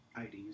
IDs